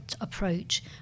approach